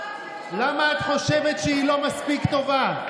למה את חושבת שהיא לא מספיק טובה?